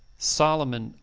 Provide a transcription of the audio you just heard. solomon.